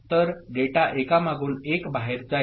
तर डेटा एकामागून एक बाहेर जाईल